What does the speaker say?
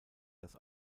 das